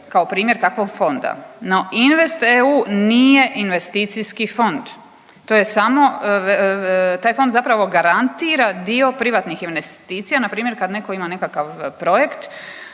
kao primjer takvog fonda, no InvestEU nije investicijski fond. Taj fond zapravo garantira dio privatnih investicija na primjer kad netko ima nekakav projekt